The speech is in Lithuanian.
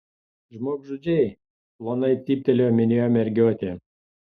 žmogžudžiai plonai cyptelėjo minioje mergiotė